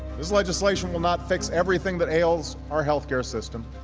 this legislation will not fix everything that ails our healthcare system.